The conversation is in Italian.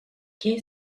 che